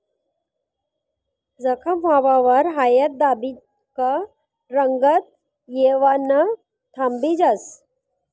जखम व्हवावर हायद दाबी का रंगत येवानं थांबी जास